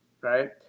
Right